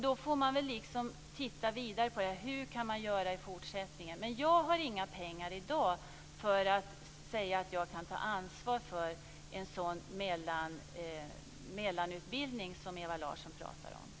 Då får man titta vidare på frågan och se hur man kan göra i fortsättningen. Jag har i dag inte de pengarna att jag kan säga att jag tar ansvar för en sådan mellanutbildning som Ewa Larsson pratar om.